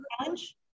challenge